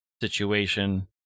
situation